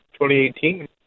2018